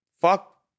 fuck